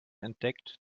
entdeckt